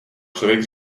člověk